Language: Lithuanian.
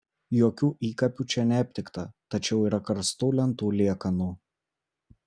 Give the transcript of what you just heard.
jokių įkapių čia neaptikta tačiau yra karstų lentų liekanų